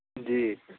جی